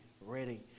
ready